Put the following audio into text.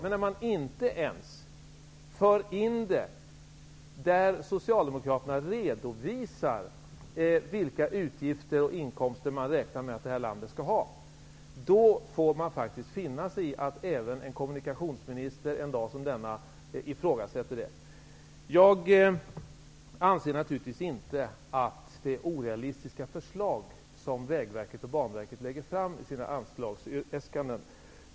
Men när man inte ens tar med detta när Socialdemokraterna redovisar vilka utgifter och inkomster man räknar med att det här landet skall ha, då får man faktiskt finna sig i att även en kommunikationsminister en dag som denna ifrågasätter det. Jag anser naturligtvis inte att Vägverket och Banverket lägger fram orealistiska förslag i sina anslagsäskanden.